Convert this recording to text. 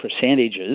percentages